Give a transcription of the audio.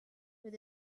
with